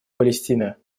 палестины